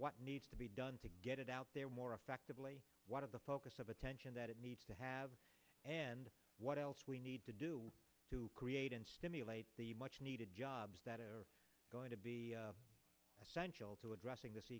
what needs to be done to get it out there more effectively what of the focus of attention that it needs to have and what else we need to do to create and stimulate the much needed jobs that are going to be essential to addressing this